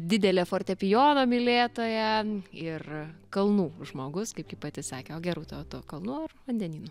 didelė fortepijono mylėtoja ir kalnų žmogus kaip ji pati sakė o gerūta o tu kalnų ar vandenynų